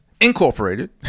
incorporated